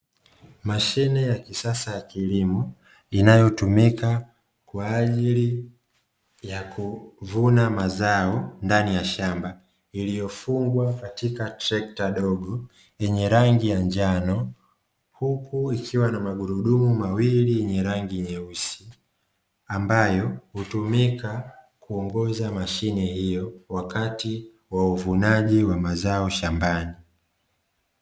Mashine ya kisasa ya kilimo inayotumika kwa ajili ya kuvuna mazao ndani ya shamba, iliyofungwa katika trekta dogo yenye rangi ya njano, huku ikiwa na magurudumu mawili yenye rangi nyeusi. Ambayo hutumika kuongoza mashine hiyo wakati wa uvunaji wa mazao shambani.